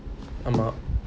ஆமா:ama